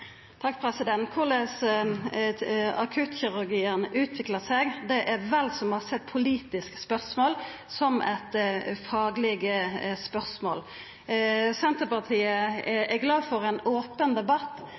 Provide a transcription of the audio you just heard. Korleis akuttkirurgien utviklar seg, er vel så mykje eit politisk spørsmål som eit fagleg spørsmål. Senterpartiet er glad for ein open debatt